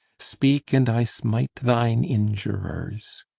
speak, and i smite thine injurers!